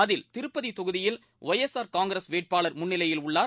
அதில் திருப்பதி தொகுதியில் Y S R Congress வேட்பாளர் முன்னிலையில் உள்ளார்